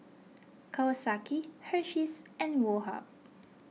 Kawasaki Hersheys and Woh Hup